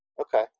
Okay